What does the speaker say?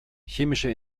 chemische